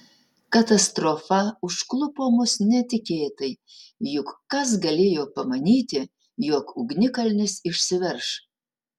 katastrofa užklupo mus netikėtai juk kas galėjo pamanyti jog ugnikalnis išsiverš